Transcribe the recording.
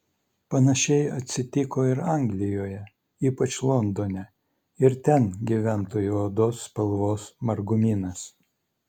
panašiai atsitiko ir anglijoje ypač londone ir ten gyventojų odos spalvos margumynas